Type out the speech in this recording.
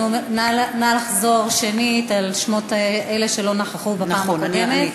נא לחזור שנית על שמות אלה שלא נכחו בפעם הקודמת.